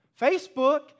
Facebook